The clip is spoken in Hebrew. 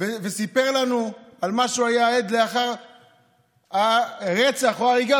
וסיפר לנו על מה שהוא היה עד לאחר הרצח או ההריגה,